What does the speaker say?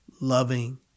loving